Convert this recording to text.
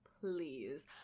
Please